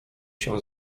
się